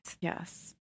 Yes